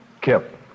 Kip